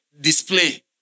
display